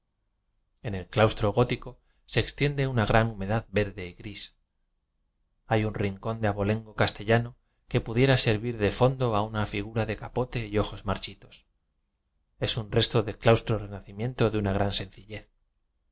en el claustro gótico se extiende una gran humedad verde y gris hay un rincón de abolengo castellano que pudiera servir de fondo a una figura de ca pote y ojos marchitos es un resto de claustro renacimiento de una gran sencillez